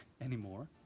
anymore